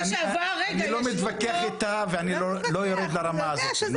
לא מתווכח איתה ואני לא יורד לרמה הזאת.